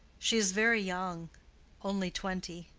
she is very young only twenty.